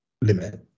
limit